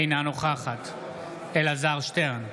אינה נוכחת אלעזר שטרן,